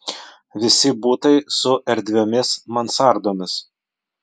visi butai su erdviomis mansardomis